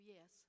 Yes